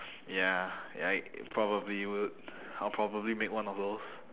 ya ya it probably would I'll probably make one of those